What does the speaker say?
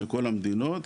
מכל המדינות,